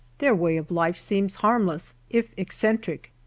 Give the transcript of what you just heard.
their way of life seems harmless, if eccentric.